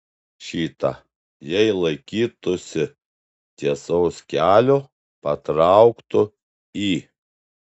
šita jei laikytųsi tiesaus kelio patrauktų į